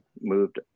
moved